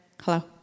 Hello